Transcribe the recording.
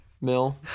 mill